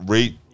Rate